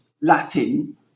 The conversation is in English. Latin